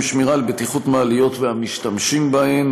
שמירה על בטיחות מעליות והמשתמשים בהן,